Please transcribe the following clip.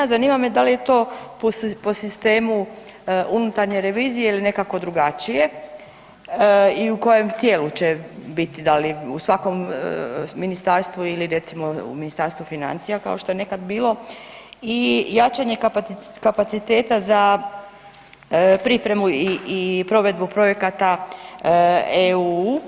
Zanima me da li je to po sistemu unutarnje revizije ili nekako drugačije i u kojem tijelu će biti, da li u svakom ministarstvu ili recimo u Ministarstvu financija kao što je nekad bilo i jačanje kapaciteta za pripremu i provedbu projekata EU.